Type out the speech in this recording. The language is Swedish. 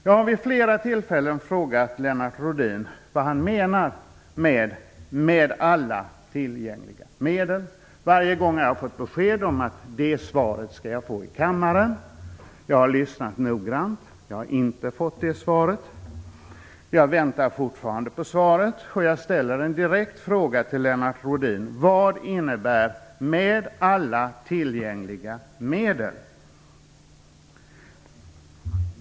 Jag har vid flera tillfällen frågat Lennart Rohdin vad han menar med "alla tillgängliga medel". Varje gång har jag fått beskedet att jag ska få svar i kammaren. Jag har lyssnat noggrant. Jag har inte fått något svar. Jag väntar fortfarande på det. Jag ställer en direkt fråga till Lennart Rohdin: Vad innebär "med alla tillgängliga medel"?